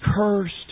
cursed